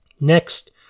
next